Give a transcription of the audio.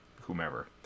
whomever